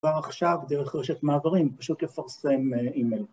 כבר עכשיו דרך רשת מעברים פשוט לפרסם אימייל